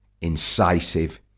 incisive